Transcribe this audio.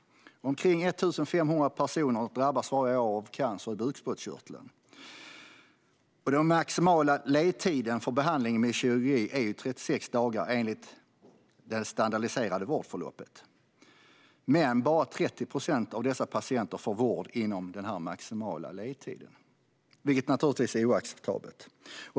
Omkring 1 500 personer drabbas varje år av cancer i bukspottkörteln. Den maximala ledtiden för behandling med kirurgi är 36 dagar enligt det standardiserade vårdförloppet. Men bara 30 procent av dessa patienter får vård inom denna maximala ledtid, vilket naturligtvis är oacceptabelt.